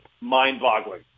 mind-boggling